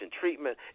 treatment